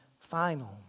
final